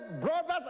brothers